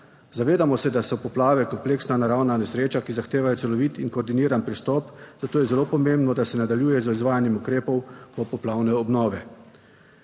Zavedamo se, da so poplave kompleksna naravna nesreča, ki zahtevajo celovit in koordiniran pristop, zato je zelo pomembno, da se nadaljuje z izvajanjem ukrepov popoplavne obnove.